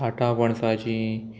साठां पणसाचीं